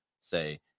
say